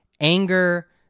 anger